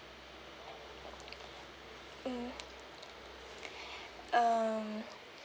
mm um